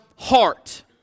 Heart